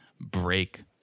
break